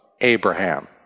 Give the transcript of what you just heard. Abraham